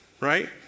right